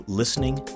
listening